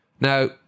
Now